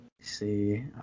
See